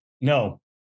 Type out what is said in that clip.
No